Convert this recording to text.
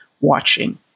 watching